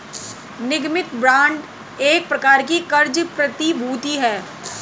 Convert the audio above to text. निगमित बांड एक प्रकार की क़र्ज़ प्रतिभूति है